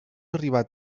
arribar